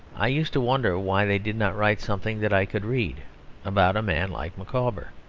i used to wonder why they did not write something that i could read about a man like micawber.